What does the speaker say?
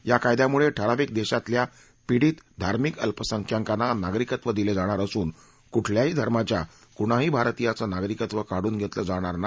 या कायद्यामुळे ठराविक देशातल्या पिडीत धार्मिक अल्पसंख्याकांना नागरिकत्व दिले जाणार असून कुठल्याही धर्माच्या कुणाही भारतीयाचं नागरिकत्व काढून घेतलं जाणार नाही